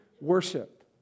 worship